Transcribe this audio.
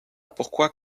pourquoi